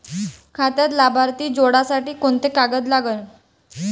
खात्यात लाभार्थी जोडासाठी कोंते कागद लागन?